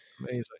Amazing